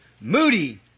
Moody